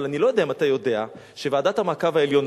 אבל אני לא יודע אם אתה יודע שוועדת המעקב העליונה,